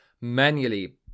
manually